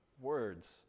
words